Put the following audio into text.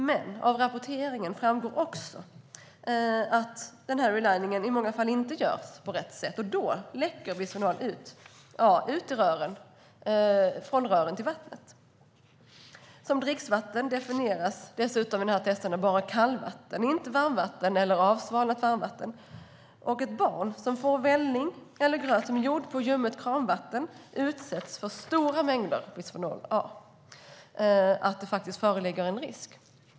Men av rapporten framgår också att reliningen i många fall inte görs på rätt sätt, och då läcker bisfenol A från rören till vattnet. Som dricksvatten definieras dessutom i de här testerna bara kallvatten, inte varmvatten eller avsvalnat varmvatten. Ett barn som får vällning eller gröt gjord på ljummet kranvatten utsätts för så stora mängder bisfenol A att det faktiskt föreligger en risk.